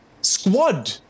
squad